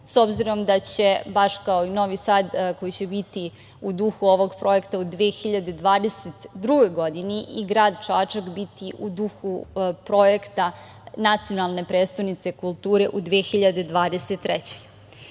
s obzirom da će, baš kao i Novi Sad, koji će biti u duhu ovog projekta, u 2022. godini i grad Čačak biti u duhu projekta nacionalne prestonice kulture u 2023.